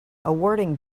awarding